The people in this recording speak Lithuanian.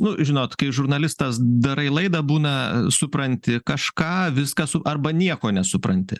nu žinot kai žurnalistas darai laidą būna supranti kažką viską su arba nieko nesupranti